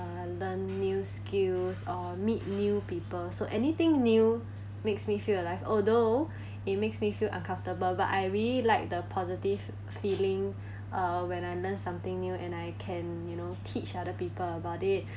uh learn new skills or meet new people so anything new makes me feel alive although it makes me feel uncomfortable but I really like the positive feeling uh when I learn something new and I can you know teach other people about it